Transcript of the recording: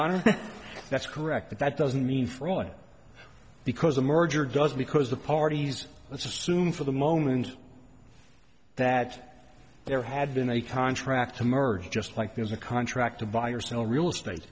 honor that's correct but that doesn't mean for oil because a merger doesn't because the parties let's assume for the moment that there had been a contract to merge just like there's a contract to buy or sell real estate